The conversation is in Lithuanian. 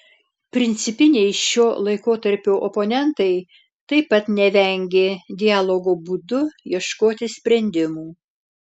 principiniai šio laikotarpio oponentai taip pat nevengė dialogo būdu ieškoti sprendimų